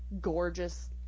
gorgeous